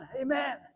amen